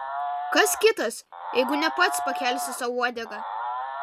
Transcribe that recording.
kas kitas jeigu ne pats pakelsi sau uodegą